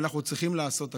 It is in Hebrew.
אנחנו צריכים לעשות הכול.